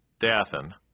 Dathan